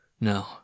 No